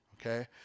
okay